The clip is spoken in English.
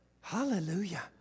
hallelujah